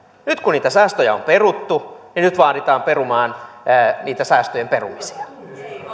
nyt kun niitä säästöjä on peruttu niin nyt vaaditaan perumaan niitä säästöjen perumisia